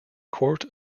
court